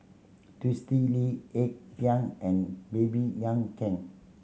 Twisstii Lee Ek Tieng and Baby Yam Keng